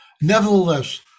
Nevertheless